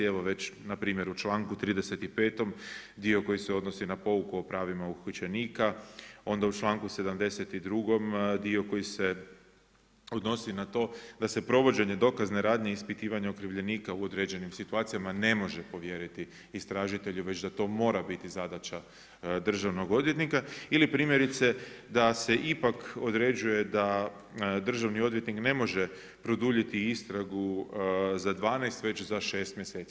Evo već na primjer u članku 35. dio koji se odnosi na pouku o pravima uhićenika, onda u članku 72. dio koji se odnosi na to da se provođenje dokazne radnje i ispitivanje okrivljenika u određenim situacijama ne može povjeriti istražitelju već da to mora biti zadaća državnog odvjetnika ili primjerice da se ipak određuje da državni odvjetnik ne može produljiti istragu za 12 već za 6 mjeseci.